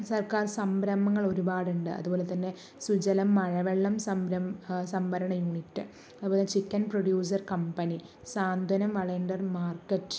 സർക്കാർ സംരംഭങ്ങൾ ഒരുപാട് ഇണ്ട് അതുപോലെത്തന്നെ സുജലം മഴവെള്ളം സംഭരണി യൂണിറ്റ് അതുപോലെ ചിക്കൻ പ്രൊഡ്യൂസർ കമ്പനി സാന്ത്വനം വളൻ്റർ മാർക്കറ്റ്